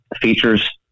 features